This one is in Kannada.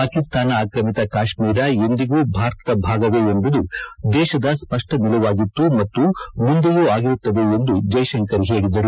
ಪಾಕಿಸ್ತಾನ ಆಕ್ರಮಿತ ಕಾಶ್ಮೀರ ಎಂದಿಗೂ ಭಾರತದ ಭಾಗವೇ ಎಂಬುದು ದೇಶದ ಸ್ವಷ್ನ ನಿಲುವಾಗಿತ್ತು ಮತ್ತು ಮುಂದೆಯೂ ಆಗಿರುತ್ತದೆ ಎಂದು ಜೈಶಂಕರ್ ಹೇಳಿದರು